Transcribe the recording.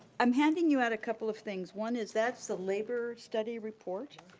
i'm handing you had a couple of things. one is that's the labor study report.